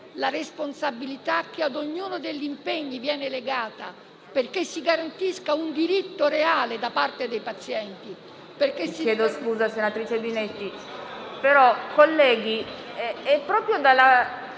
la responsabilità che ad ognuno degli impegni viene legata affinché si garantisca un diritto reale da parte dei pazienti...